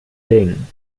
ding